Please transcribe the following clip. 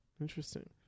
Interesting